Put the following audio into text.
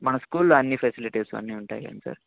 మన స్కూల్లో అన్ని ఫెసిలిటీస్ అన్నీ ఉంటాయి కదండీ సార్